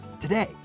today